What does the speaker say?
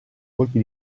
colpi